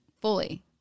Fully